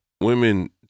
Women